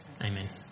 Amen